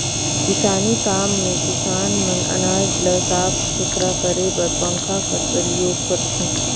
किसानी काम मे किसान मन अनाज ल साफ सुथरा करे बर पंखा कर परियोग करथे